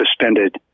suspended